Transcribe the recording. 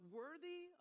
worthy